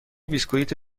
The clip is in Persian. بسکویت